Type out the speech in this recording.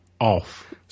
off